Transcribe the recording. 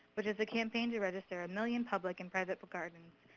which is a campaign to register a million public and private but gardens,